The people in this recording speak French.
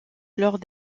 lors